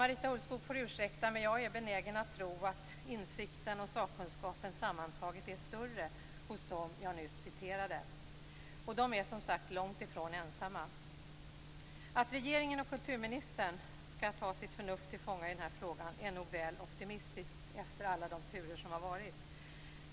Marita Ulvskog får ursäkta, men jag är benägen att tro att insikten och sakkunskapen sammantaget är större hos dem jag nyss citerade. Och de är långt ifrån ensamma. Att regeringen och kulturministern skall ta sitt förnuft till fånga i den här frågan är nog väl optimistiskt efter alla turer som har varit.